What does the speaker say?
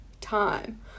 time